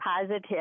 positive